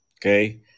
Okay